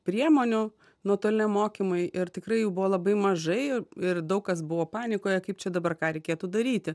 priemonių nuotoliniam mokymui ir tikrai jų buvo labai mažai ir daug kas buvo panikoje kaip čia dabar ką reikėtų daryti